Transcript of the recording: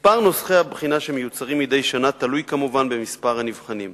מספר נוסחי הבחינה שמיוצרים מדי שנה תלוי כמובן במספר הנבחנים.